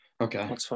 Okay